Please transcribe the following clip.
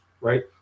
right